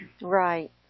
Right